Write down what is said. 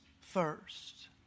first